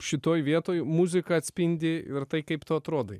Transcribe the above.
šitoj vietoj muzika atspindi ir tai kaip tu atrodai